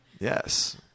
Yes